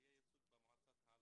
שיהיה ייצוג במועצה.